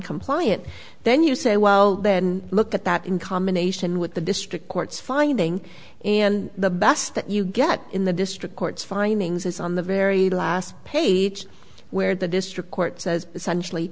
compliant then you say well then look at that in combination with the district court's finding and the best that you get in the district court's findings is on the very last page where the district court says essentially